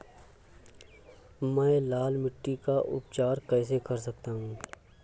मैं लाल मिट्टी का उपचार कैसे कर सकता हूँ?